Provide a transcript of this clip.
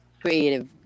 creative